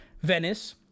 Venice